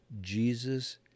Jesus